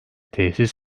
tesis